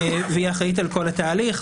והיא אחראית על כל התהליך.